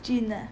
Jin ah